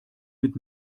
mit